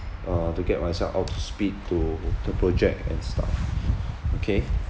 uh to get myself up to speed to the project and stuff okay